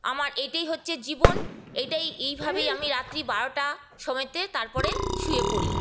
আমার এটাই হচ্ছে জীবন এটাই এইভাবেই আমি রাত্রি বারোটা সময়তে তারপরে শুয়ে পড়ি